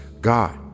God